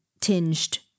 tinged